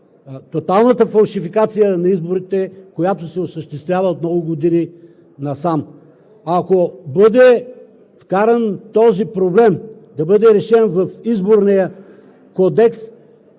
тоталната фалшификация на изборите, която се осъществява от много години насам. Ако бъде вкаран този проблем да бъде решен в Изборния кодекс,